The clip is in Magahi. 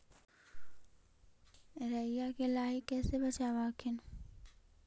राईया के लाहि कैसे बचाब हखिन?